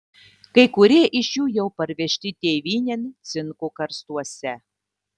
kai kurie iš jų jau parvežti tėvynėn cinko karstuose